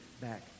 back